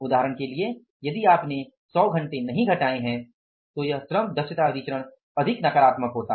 उदाहरण के लिए यदि आपने 100 घंटे नहीं घटाए हैं तो यह यह श्रम दक्षता विचरण अधिक नकारात्मक होता